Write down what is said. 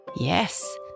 Yes